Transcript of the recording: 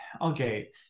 okay